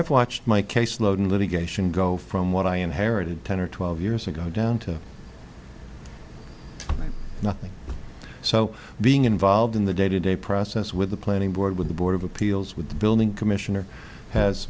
i've watched my caseload in litigation go from what i inherited ten or twelve years ago down to nothing so being involved in the day to day process with the planning board with the board of appeals with the building commissioner has